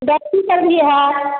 gas की टंकी है